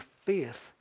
faith